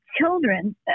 Children